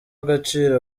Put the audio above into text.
agaciro